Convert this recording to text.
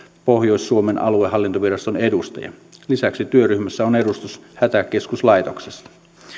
pohjois suomen aluehallintoviraston edustaja lisäksi työryhmässä on edustus hätäkeskuslaitoksesta